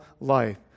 life